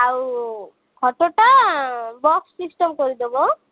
ଆଉ ଖଟଟା box system କରିଦବ